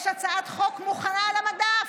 יש הצעת חוק מוכנה על המדף,